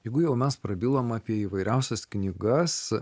jeigu jau mes prabilome apie įvairiausias knygas